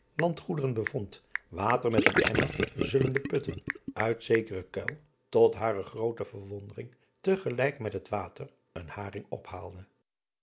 andgoederen bevond water met een emmer zullende putten uit zekeren kuil tot hare groote verwondering te gelijk met het water een haring